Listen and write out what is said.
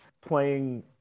playing